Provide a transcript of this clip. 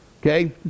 okay